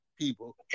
people